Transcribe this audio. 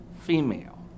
female